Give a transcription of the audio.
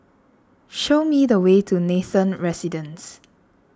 show me the way to Nathan Residences